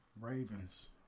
Ravens